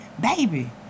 Baby